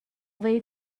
they